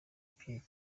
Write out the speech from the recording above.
pierre